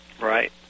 Right